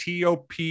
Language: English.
TOP